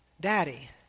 Daddy